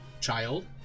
child